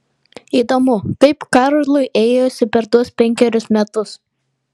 įdomu kaip karlui ėjosi per tuos penkerius metus